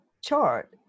chart